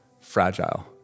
fragile